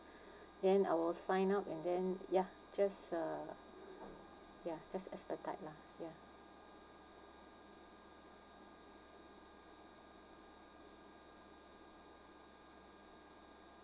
then I will sign up and then ya just uh ya just expedite lah ya